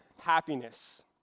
happiness